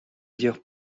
dire